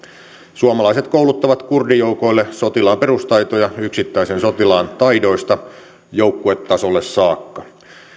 suomalaiset kouluttavat kurdijoukoille sotilaan perustaitoja yksittäisen sotilaan taidoista joukkuetasolle saakka